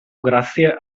grazie